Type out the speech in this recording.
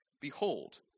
Behold